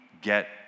get